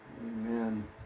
Amen